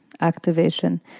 activation